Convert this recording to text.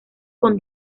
con